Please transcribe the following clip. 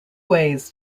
ways